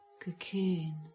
cocoon